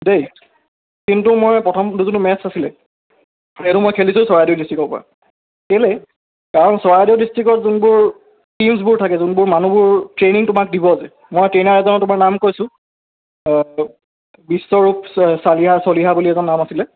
দেই কিন্তু মই প্ৰথম এইটো যোনটো মেট্চ আছিলে সেইটো মই খেলিছোঁ চৰাইদেউ ডিষ্ট্ৰিকৰপৰা কেলৈই কাৰণ চৰাইদেউ ডিষ্টিকত যোনবোৰ টিউছবোৰ থাকে যোনবোৰ মানুহবোৰ ট্ৰেইনিং তোমাক দিব যে মই ট্ৰেইনাৰ এজনৰ তোমাৰ নাম কৈছোঁ বিশ্বৰূপ চা চালিহা চলিহা বুলি এজন নাম আছিলে